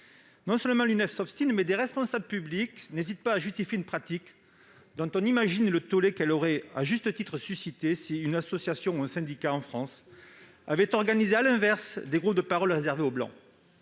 Non seulement l'UNEF s'obstine, mais des responsables publics n'hésitent pas à justifier une pratique dont on imagine le tollé qu'elle aurait à juste titre suscité si une association ou un syndicat en France avait organisé, à l'inverse, des groupes de parole réservés aux blancs.